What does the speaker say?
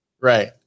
Right